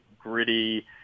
gritty